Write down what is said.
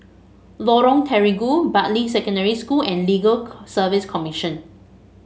Lorong Terigu Bartley Secondary School and Legal Service Commission